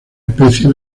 especie